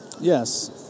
Yes